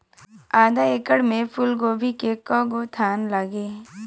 आधा एकड़ में फूलगोभी के कव गो थान लागी?